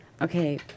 Okay